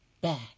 back